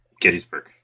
Gettysburg